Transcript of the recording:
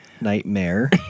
Nightmare